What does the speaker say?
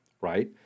right